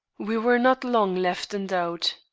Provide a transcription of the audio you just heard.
we were not long left in doubt.